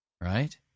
right